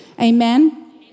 Amen